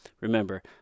remember